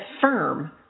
firm